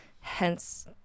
hence